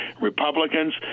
Republicans